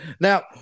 now